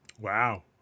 Wow